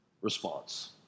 response